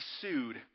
sued